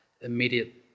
immediate